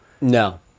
No